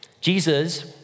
Jesus